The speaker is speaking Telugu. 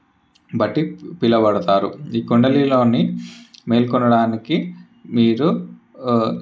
బట్టి పిలవబడతారు ఈ కుండలిలోని మేల్కొనడానికి మీరు